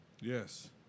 Yes